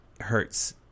hurts